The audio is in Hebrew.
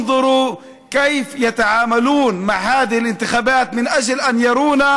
ראו איך מתמודדים עם הבחירות כדי להראות לנו